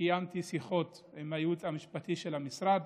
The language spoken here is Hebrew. קיימתי שיחות עם הייעוץ המשפטי של המשרד,